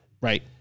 Right